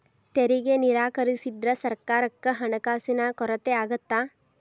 ತೆರಿಗೆ ನಿರಾಕರಿಸಿದ್ರ ಸರ್ಕಾರಕ್ಕ ಹಣಕಾಸಿನ ಕೊರತೆ ಆಗತ್ತಾ